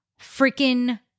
freaking